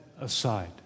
aside